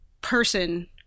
person –